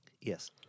Yes